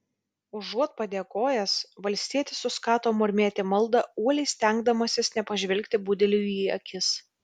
užuot padėkojęs valstietis suskato murmėti maldą uoliai stengdamasis nepažvelgti budeliui į akis